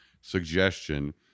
suggestion